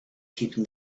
keeping